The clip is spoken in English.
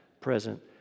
present